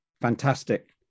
fantastic